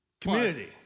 community